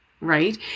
right